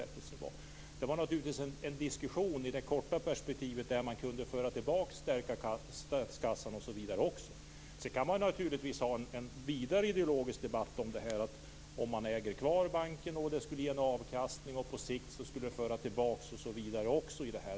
Det var naturligtvis en diskussion i det korta perspektivet, där man också kunde stärka statskassan osv. Man kan naturligtvis föra en vidare ideologisk debatt om det här, att om man äger en bank kan den ge en avkastning, som på sikt förs tillbaka.